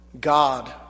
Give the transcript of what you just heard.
God